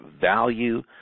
Value